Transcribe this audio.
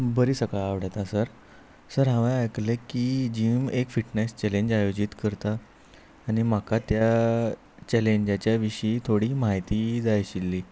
बरी सकाळी आवडता सर सर हांवे आयकलें की जीम एक फिटनेस चॅलेंज आयोजीत करता आनी म्हाका त्या चॅलेंजाच्या विशीं थोडी म्हायती जाय आशिल्ली